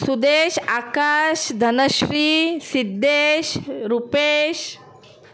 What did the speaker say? Sudesh Akash Dhanashri Siddhesh Rupesh